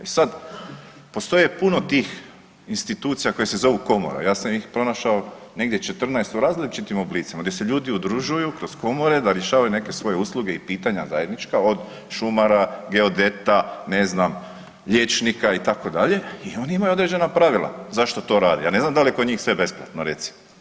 E sad, postoje puno tih institucija koje se zovu Komora, ja sam ih pronašao negdje 14 u različitim oblicima, gdje se ljudi udružuju kroz komore da rješavaju neke svoje usluge i pitanja zajednička, od šumarak, geodeta, ne znam, liječnika, itd. i oni imaju određena pravila zašto to rade, ja ne znam da li je kod njih sve besplatno recimo.